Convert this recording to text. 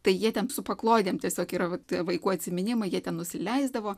tai jie ten su paklodėm tiesiog yra vaikų atsiminimai jie ten nusileisdavo